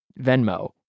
Venmo